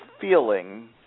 feeling